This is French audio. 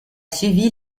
suivi